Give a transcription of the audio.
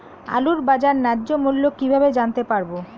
আলুর বাজার ন্যায্য মূল্য কিভাবে জানতে পারবো?